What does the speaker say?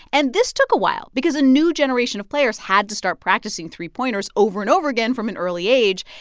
and this took a while because a new generation of players had to start practicing three pointers over and over again from an early age.